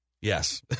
Yes